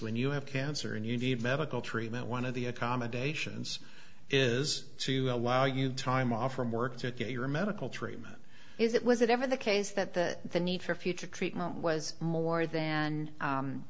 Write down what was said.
when you have cancer and you need medical treatment one of the accommodations is to allow you time off from work to get your medical treatment is that was it ever the case that the need for future treatment was more than